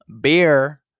beer